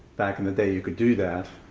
back in the day you could do that.